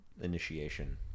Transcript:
initiation